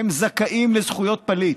הם זכאים לזכויות פליט.